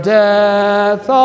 death